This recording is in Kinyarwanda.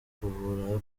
kuvura